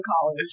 college